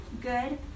good